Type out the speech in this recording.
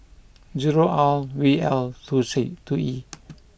zero R V L two E